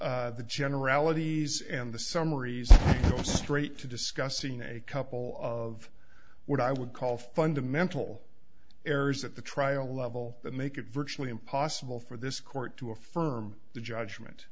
the generalities and the summaries go straight to discuss seen a couple of what i would call fundamental errors at the trial level that make it virtually impossible for this court to affirm the judgment